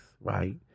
right